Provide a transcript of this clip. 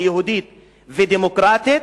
ש"יהודית" ו"דמוקרטית",